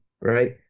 right